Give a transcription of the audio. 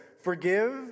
forgive